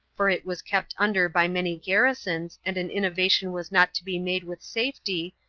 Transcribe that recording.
for it was kept under by many garrisons, and an innovation was not to be made with safety,